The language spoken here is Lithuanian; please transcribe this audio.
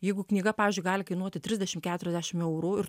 jeigu knyga pavyzdžiui gali kainuoti trisdešimt keturiasdešimt eurų ir